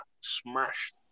smashed